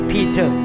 Peter